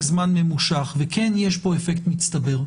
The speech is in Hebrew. הזמן הממושך וכן יש פה אפקט מצטבר.